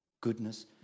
goodness